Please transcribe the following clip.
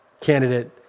candidate